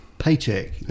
Paycheck